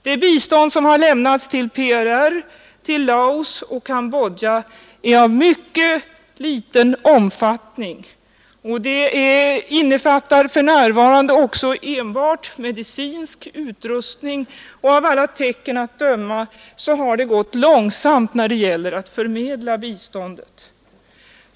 Det bistånd som har lämnats till PRR, till Laos och Cambodja är av mycket liten omfattning. Det innefattar för närvarande enbart medicinsk utrustning, och av alla tecken att döma har det gått långsamt att förmedla biståndet.